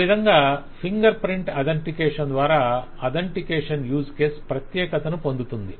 ఈ విధంగా finger print authentication ద్వారా అథెంటికేషన్ యూస్ కేసు ప్రత్యేకతను పొందుతుంది